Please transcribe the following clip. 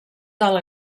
del